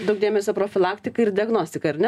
daug dėmesio profilaktikai ir diagnostikai ar ne